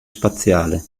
spaziale